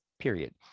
period